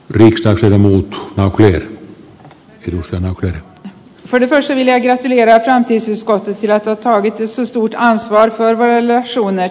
niistä toinen on kaukainen hiusten halkoja repäisyjä lienee antin siskotyttivät ottaa kitisen studia ansaitsee meillä suonet